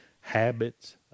habits